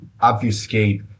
obfuscate